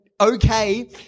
okay